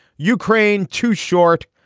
ukraine too short.